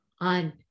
on